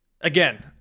Again